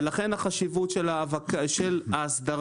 ולכן החשיבות של ההסדרה.